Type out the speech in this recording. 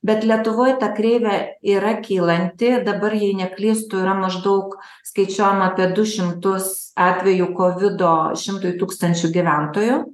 bet lietuvoj ta kreivė yra kylanti dabar jei neklystu yra maždaug skaičiuojama apie du šimtus atvejų kovido šimtui tūkstančių gyventojų